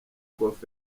golf